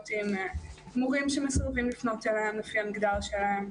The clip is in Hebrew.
עם מורים שמסרבים לפנות אליהן לפי המגדר שלהן,